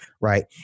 right